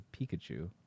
Pikachu